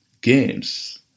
games